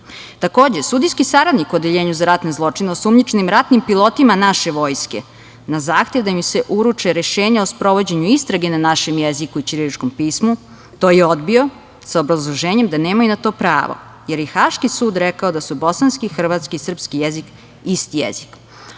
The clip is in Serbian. sudijski saradnik u Odeljenju za ratne zločine osumnjičenim ratnim pilotima naše vojske, na zahtev da im se uruče rešenja o sprovođenju istrage na našem jeziku i ćiriličkom pismu, to je odbio sa obrazloženjem da nemaju na to pravo, jer je Haški sud rekao da su bosanski, hrvatski i srpski jezik isti jezik.